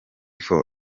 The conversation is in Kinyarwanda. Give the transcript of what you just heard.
for